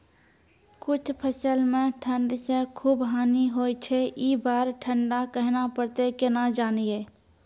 कुछ फसल मे ठंड से खूब हानि होय छैय ई बार ठंडा कहना परतै केना जानये?